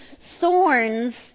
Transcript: thorns